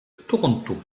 toronto